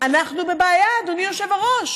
אנחנו בבעיה, אדוני היושב-ראש.